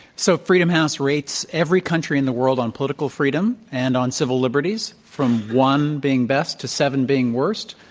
so freedom house rates every country in the world on political freedom and on civil liberties from one being best to seven being worst.